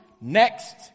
next